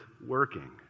working